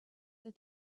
that